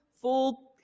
full